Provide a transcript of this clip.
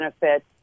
benefits